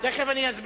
כבוד השר,